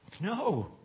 No